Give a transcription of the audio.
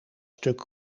stuk